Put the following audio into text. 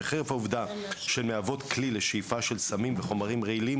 וחרף העובדה שהן מהוות כלי לשאיפה של סמים וחומרים רעילים